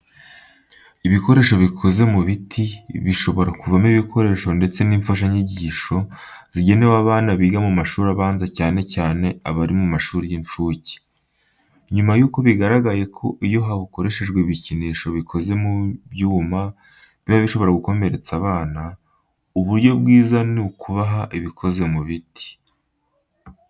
Ibikoresho bikoze mu biti burya bishobora kuvamo ibikinisho ndetse n'imfashanyigisho zigenewe abana biga mu mashuri abanza cyane cyane abari mu mashuri y'incuke. Nyuma yuko bigaragaye ko iyo hakoreshejwe ibikinisho bikoze mu byuma biba bishobora gukomeretsa abana, uburyo bwiza ni ukubaha ibikoze mu biti.